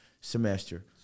semester